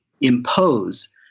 impose